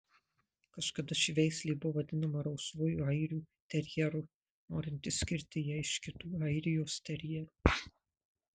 kažkada ši veislė buvo vadinama rausvuoju airių terjeru norint išskirti ją iš kitų airijos terjerų